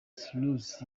cyrus